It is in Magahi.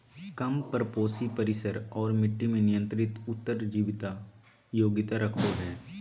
कम परपोषी परिसर और मट्टी में नियंत्रित उत्तर जीविता योग्यता रखो हइ